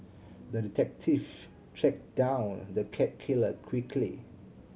the detective tracked down the cat killer quickly